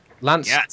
Lance